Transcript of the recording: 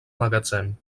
magatzem